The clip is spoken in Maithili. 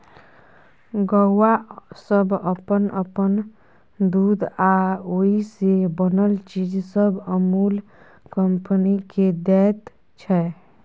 गौआँ सब अप्पन अप्पन दूध आ ओइ से बनल चीज सब अमूल कंपनी केँ दैत छै